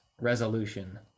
resolution